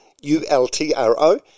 U-L-T-R-O